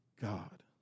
God